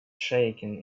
shaken